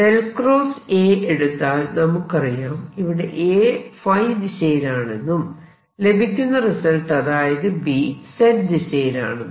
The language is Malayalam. A എടുത്താൽ നമുക്കറിയാം ഇവിടെ A ϕ ദിശയിലാണെന്നും ലഭിക്കുന്ന റിസൾട്ട് അതായത് B Z ദിശയിലാണെന്നും